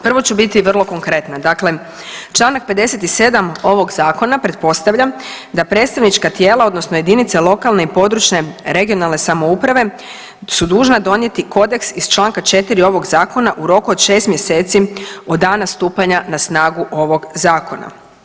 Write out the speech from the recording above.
Prvo ću biti vrlo konkretna, dakle čl. 57 ovog Zakona pretpostavljam da Predstavnička tijela odnosno Jedinice lokalne i područne, regionalne samouprave su dužna donijeti kodeks iz članka 4 ovog Zakona u roku od 6 mjeseci od dana stupanja na snagu ovog Zakona.